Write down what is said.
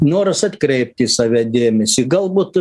noras atkreipti į save dėmesį galbūt